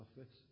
office